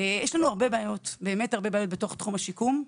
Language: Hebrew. יש לנו הרבה בעיות בתוך תחום השיקום.